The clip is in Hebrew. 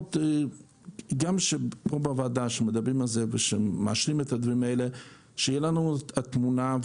חשוב שתהיה לנו התמונה,